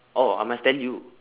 oh I must tell you